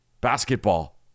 Basketball